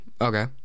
Okay